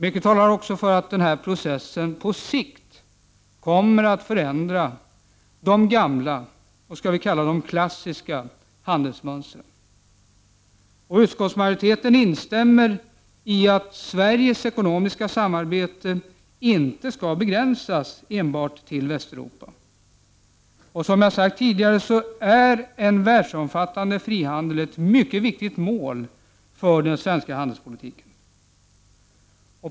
Mycket talar också för att denna process på sikt kommer att förändra de gamla och klassiska handelsmönstren. Utskottsmajoriteten instämmer i att Sveriges ekonomiska samarbete inte bör begränsas till enbart Västeuropa. Som jag sagt tidigare är en världsomfattande frihandel ett mycket viktigt mål för svensk handelspolitik.